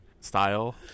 style